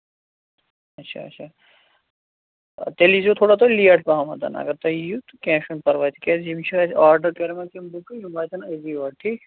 اَچھا اَچھا تیٚلہِ ییٖزیٚو تھوڑا تُہۍ لیٹ پَہم اگر تُہۍ یِیِو تہٕ کیٚنٛہہ چھُنہٕ پَرواے تِکیٛازِ یِم چھِ اَسہِ آرڈَر کٔرمٕژ یِم بُکہٕ یِم واتن أزی یور ٹھیٖک